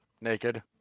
naked